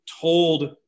told